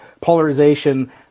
polarization